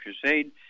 Crusade